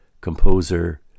composer